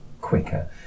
quicker